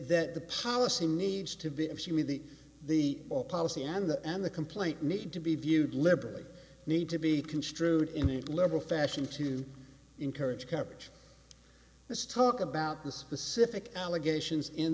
that the policy needs to be actually the the policy and that and the complaint need to be viewed liberally need to be construed in a liberal fashion to encourage coverage let's talk about the specific allegations in